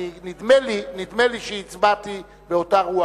ונדמה לי שהצבעתי באותה רוח.